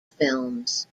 films